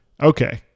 Okay